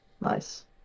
nice